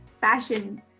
fashion